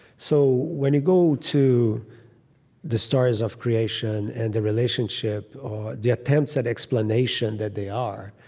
so when you go to the stories of creation and the relationship the attempts at explanation that they are,